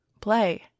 play